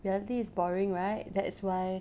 reality is boring right that's why